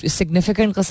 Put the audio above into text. significant